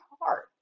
hard